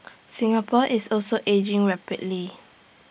Singapore is also ageing rapidly